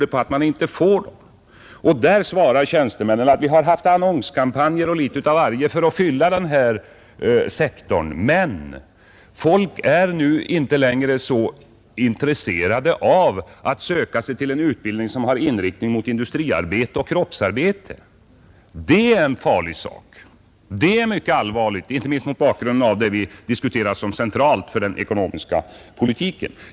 Tjänstemännen svarar att man har haft annonskampanjer m.m. för att fylla denna sektor, men folk är nu inte längre så intresserade av att söka sig till en utbildning som har inriktning mot industriarbete och kroppsarbete. Detta är en mycket allvarlig sak inte minst mot bakgrund av det som vi diskuterar såsom centralt för den ekonomiska politiken.